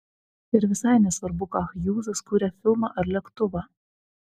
ir visai nesvarbu ką hjūzas kuria filmą ar lėktuvą